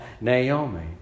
Naomi